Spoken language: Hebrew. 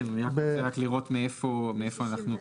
אני רוצה רק לראות מאיפה אנחנו,